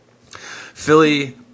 Philly